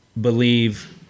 believe